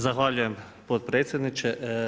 Zahvaljujem potpredsjedniče.